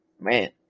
man